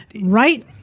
Right